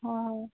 অঁ